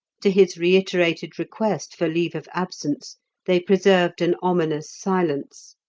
to his reiterated request for leave of absence they preserved an ominous silence,